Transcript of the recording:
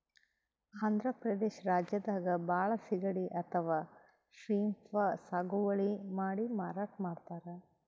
ಆಂಧ್ರ ಪ್ರದೇಶ್ ರಾಜ್ಯದಾಗ್ ಭಾಳ್ ಸಿಗಡಿ ಅಥವಾ ಶ್ರೀಮ್ಪ್ ಸಾಗುವಳಿ ಮಾಡಿ ಮಾರಾಟ್ ಮಾಡ್ತರ್